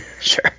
Sure